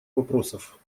вопросов